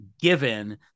given